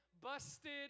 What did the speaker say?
busted